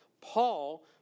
Paul